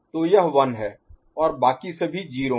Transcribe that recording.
तो यह 1 है और बाकी सभी 0 हैं